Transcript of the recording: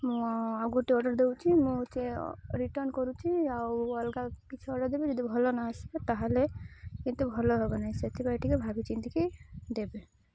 ମୁଁ ଆଉ ଗୋଟେ ଅର୍ଡ଼ର ଦେଉଛି ମୁଁ ସେ ରିଟର୍ଣ୍ଣ କରୁଛି ଆଉ ଅଲଗା କିଛି ଅର୍ଡ଼ର ଦେବି ଯଦି ଭଲ ନ ଆସିବେ ତାହେଲେ କିନ୍ତୁ ଭଲ ହେବ ନାହିଁ ସେଥିପାଇଁ ଟିକେ ଭାବିଚିନ୍ତିକି ଦେବେ